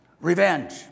Revenge